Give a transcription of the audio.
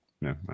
No